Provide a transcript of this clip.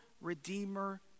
redeemer